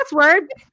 password